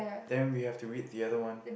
then we have to read the other one